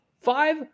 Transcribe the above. five